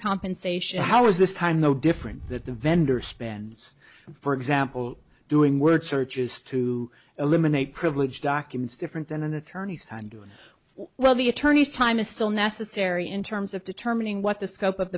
compensation how is this time no different that the vendor spends for example doing word searches to eliminate privileged documents different than an attorney's time doing well the attorney's time is still necessary in terms of determining what the scope of